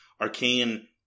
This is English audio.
Arcane